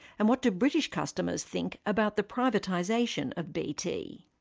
and what did british customers think about the privatisation of bt?